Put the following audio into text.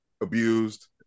abused